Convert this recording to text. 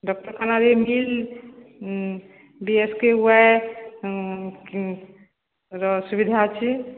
ଡାକ୍ତରଖାନା ବି ଏମତି ବି ଏସ୍ କେ ୱାଇ ର ଅସୁବିଧା ଅଛି